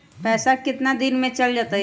पैसा कितना दिन में चल जतई?